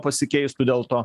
pasikeistų dėl to